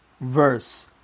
verse